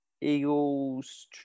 Eagles